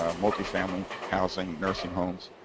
ah multi-family housing, nursing homes.